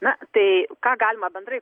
na tai ką galima bendrai